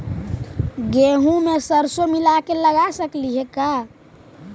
गेहूं मे सरसों मिला के लगा सकली हे का?